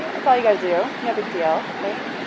that's all you gotta do, no big deal, right?